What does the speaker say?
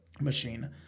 machine